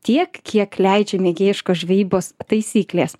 tiek kiek leidžia mėgėjiškos žvejybos taisyklės